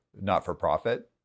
not-for-profit